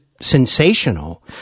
sensational